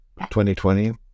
2020